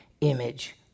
image